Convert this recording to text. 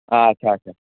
ادٕ سا ادٕ سا